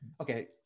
Okay